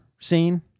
scene